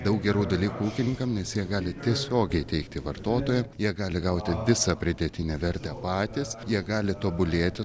daug gerų dalykų ūkininkam nes jie gali tiesiogiai teikti vartotojam jie gali gauti visą pridėtinę vertę patys jie gali tobulėti